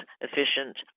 efficient